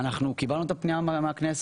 אנחנו קיבלנו את הפנייה מהכנסת,